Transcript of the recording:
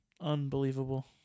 unbelievable